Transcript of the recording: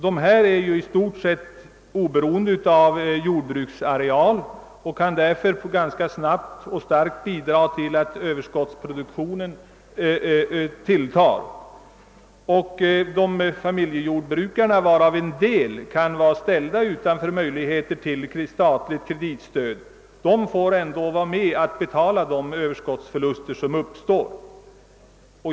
Detta stöd är i stort sett oberoende av jordbruksareal och kan därför ganska snabbt och kraftigt bidra till att överskottsproduktionen ökar. Familjejordbrukarna, varav en del kan vara ställda utanför möjligheten att få statligt kreditstöd, får ändå vara med och betala de överskottsförluster som uppstår.